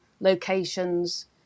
locations